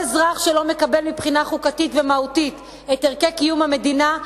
כל אזרח שלא מקבל מבחינה חוקתית ומהותית את ערכי קיום המדינה,